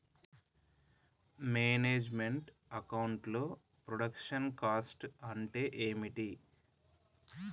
Manage meant account లో production cost అంటే ఏమిటి?